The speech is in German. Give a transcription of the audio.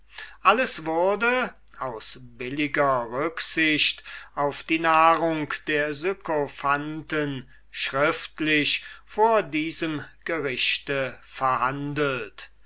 alles wurde aus billiger rücksicht auf die nahrung der sykophanten schriftlich vor diesem gerichte verhandelt